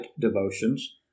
devotions